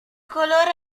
colore